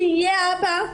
שיהיה אבא,